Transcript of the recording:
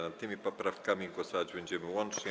Nad tymi poprawkami głosować będziemy łącznie.